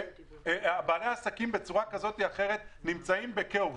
כשבעלי העסקים בצורה כזאת או אחרת נמצאים בכאוס,